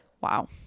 Wow